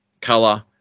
color